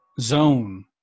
zone